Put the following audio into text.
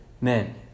men